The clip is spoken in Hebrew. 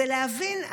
זה להבין,